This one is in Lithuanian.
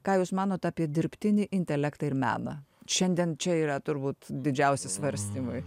ką jūs manot apie dirbtinį intelektą ir meną šiandien čia yra turbūt didžiausi svarstymai